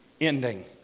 ending